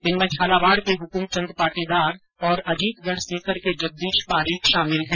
इनमें झालावाड के हुकुम चन्द पाटीदार और अजीतगढ़ सीकर के जगदीश पारीक शामिल है